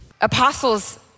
Apostles